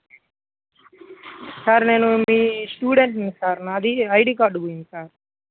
sir నేను మీ స్టూడెంట్ని సార్ నాది ఐడి కార్డ్ పోయింది సార్